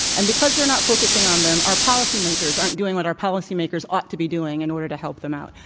and because they're not focusing on them, our policymakers aren't doing what our policymakers ought to be doing in order to help them out.